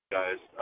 guys